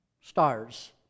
stars